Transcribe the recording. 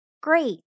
Great